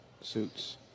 suits